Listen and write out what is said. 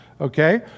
Okay